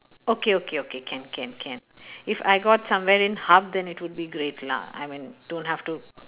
okay okay okay can can can if I got somewhere in hub then it would be great lah I mean don't have to